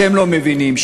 לא מבינים,